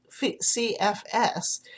CFS